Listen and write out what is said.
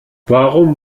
warum